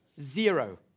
Zero